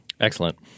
Excellent